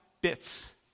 bits